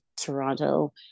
Toronto